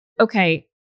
okay